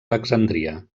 alexandria